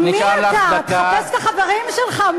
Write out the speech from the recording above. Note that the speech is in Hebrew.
מי אתה, תחפש את החברים שלך.